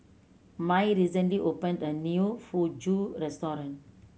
Mai recently opened a new Fugu Restaurant